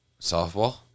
Softball